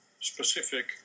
specific